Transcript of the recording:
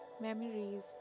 memories